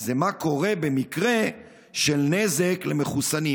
זה מה קורה במקרה של נזק למחוסנים,